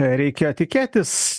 reikėjo tikėtis